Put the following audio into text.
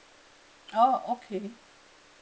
oh okay